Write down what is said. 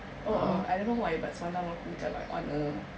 oh I don't know why but semalam aku macam on a